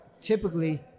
typically